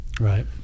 right